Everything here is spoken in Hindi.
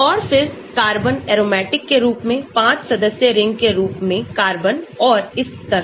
और फिर कार्बन एरोमेटिक के रूप में 5 सदस्य रिंग के रूप में कार्बन और इस तरह